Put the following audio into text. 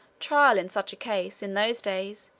trial in such a case, in those days,